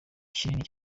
kinini